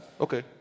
Okay